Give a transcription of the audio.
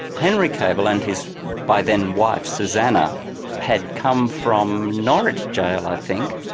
henry kable and his by then wife susannah had come from norwich jail i think.